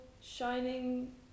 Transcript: shining